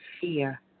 fear